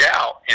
out